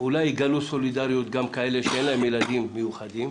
אולי יגלו סולידריות גם כאלה שאין להם ילדים מיוחדים.